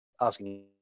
asking